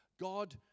God